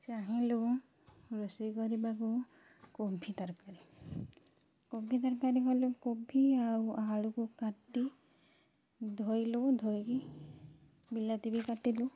ଚାହିଁଲୁ ରୋଷେଇ କରିବାକୁ କୋବି ତରକାରୀ କୋବି ତରକାରୀ କଲୁ କୋବି ଆଉ ଆଳୁକୁ କାଟି ଧୋଇଲୁ ଧୋଇକି ବିଲାତି ବି କାଟିଲୁ